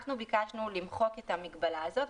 אנחנו ביקשנו למחוק את המגבלה הזאת,